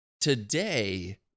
today